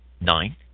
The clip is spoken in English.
nine